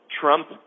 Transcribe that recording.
Trump